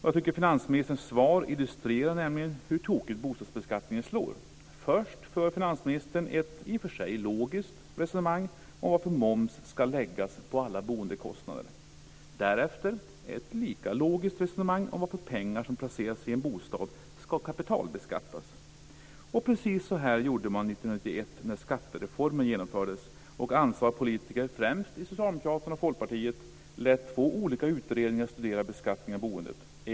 Jag tycker att finansministerns svar illustrerar hur tokigt bostadsbeskattningen slår. Först för finansministern ett i och för sig logiskt resonemang om varför moms ska läggas på alla boendekostnader. Därefter är det ett lika logiskt resonemang om varför pengar som placeras i en bostad ska kapitalbeskattas. Precis så här gjorde man 1991 när skattereformen genomfördes och ansvariga politiker främst i Socialdemokraterna och Folkpartiet lät två olika utredningar studera beskattning av boendet.